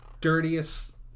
dirtiest